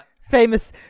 Famous